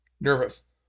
nervous